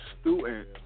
student